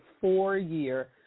four-year